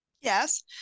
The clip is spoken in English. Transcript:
Yes